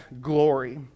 glory